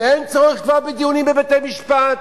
שאין צורך בדיונים בבתי-משפט,